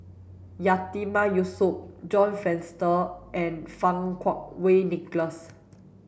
Yatiman Yusof John Fraser and Fang Kuo Wei Nicholas